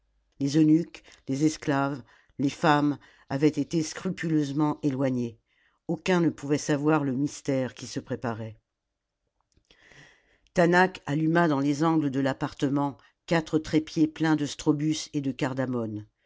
les eunuques les esclaves les femmes avaient été scrupuleusement éloignés aucun ne po'uvait savoir le mystère qui se préparait taanach alluma dans les angles de l'appartement quatre trépieds pleins de strobus et de cardamome